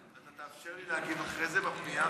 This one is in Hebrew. תאפשר לי להגיב אחרי זה בפנייה?